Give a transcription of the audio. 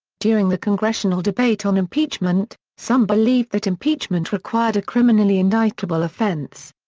during the congressional debate on impeachment, some believed that impeachment required a criminally indictable offense.